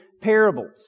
parables